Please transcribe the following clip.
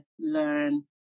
learn